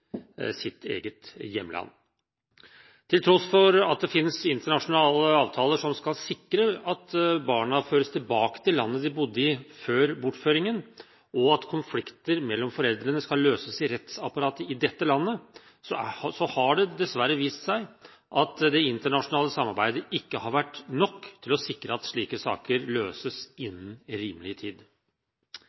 sitt eget hjemland. Til tross for at det finnes internasjonale avtaler som skal sikre at barna føres tilbake til landet de bodde i før bortføringen, og at konflikter mellom foreldrene skal løses i rettsapparatet i dette landet, har det dessverre vist seg at det internasjonale samarbeidet ikke har vært nok til å sikre at slike saker løses innen rimelig tid.